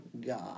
God